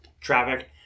traffic